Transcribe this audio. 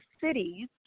cities